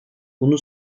bunu